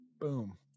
boom